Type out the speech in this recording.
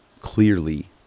clearly